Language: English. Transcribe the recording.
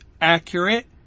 accurate